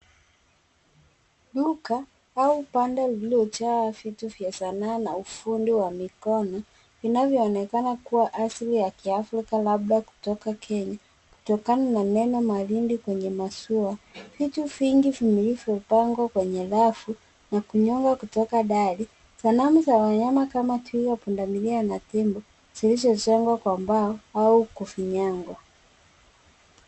Duka au banda lililojaa vitu vya sanaa na ufundi wa mikono vinavyoonekana kuwa asili ya kiafrika labda kutoka Kenya kutokana na neno Malindi kwenye mashua. Vitu vingi vilivyopangwa kwenye rafu na kunyonga kutoka dari. Sanamu za wanyama kama twiga, pundamilia na tembo zilizojengwa kwa mbao au kufinyangwa.